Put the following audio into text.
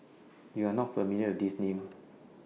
YOU Are not familiar with These Names